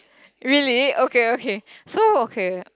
really okay okay so okay